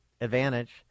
advantage